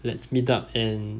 let's meet up and